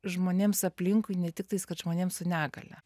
žmonėms aplinkui ne tiktais kad žmonėm su negalia